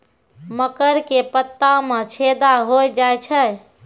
मकर के पत्ता मां छेदा हो जाए छै?